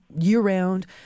year-round